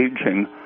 aging